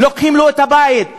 לוקחים לו את הבית,